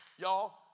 y'all